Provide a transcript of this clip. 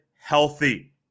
healthy